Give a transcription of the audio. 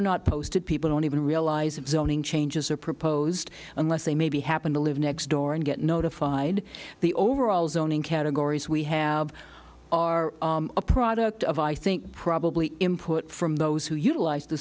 are not posted people don't even realize that zoning changes are proposed unless they maybe happen to live next door and get notified the overall zoning categories we have are a product of i think probably import from those who utilize the